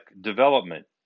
development